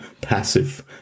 passive